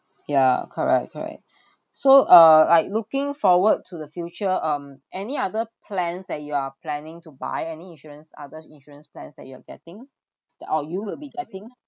ya correct correct so uh like looking forward to the future um any other plans that you are planning to buy any insurance others insurance plans that you are getting the or you will be getting